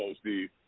Steve